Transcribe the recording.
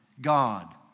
God